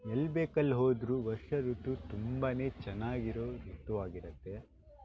ಎಲ್ಲಿ ಬೇಕಲ್ಲಿ ಹೋದರೂ ವರ್ಷ ಋತು ತುಂಬನೇ ಚೆನ್ನಾಗಿರೋ ಋತು ಆಗಿರುತ್ತೆ